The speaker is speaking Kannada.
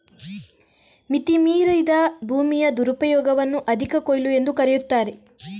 ಮಿತಿ ಮೀರಿದ ಭೂಮಿಯ ದುರುಪಯೋಗವನ್ನು ಅಧಿಕ ಕೊಯ್ಲು ಎಂದೂ ಕರೆಯುತ್ತಾರೆ